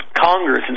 Congress